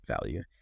value